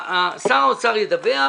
שר האוצר ידווח